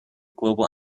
global